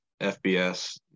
FBS